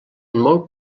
molt